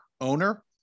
owner